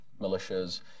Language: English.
militias